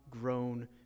grown